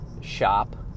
shop